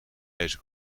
deze